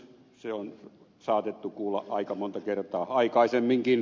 se on saatettu kuulla aika monta kertaa aikaisemminkin